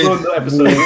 episode